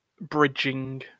bridging